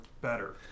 better